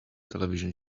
television